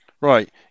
Right